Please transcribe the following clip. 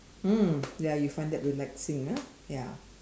mm ya you find that relaxing ah ya